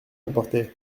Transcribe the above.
importait